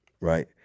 right